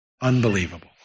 unbelievable